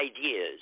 ideas